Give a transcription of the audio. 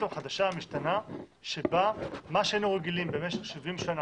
החדשה והמשתנה בה מה שהיינו רגילים במשך 70 שנים,